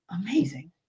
Amazing